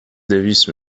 دویست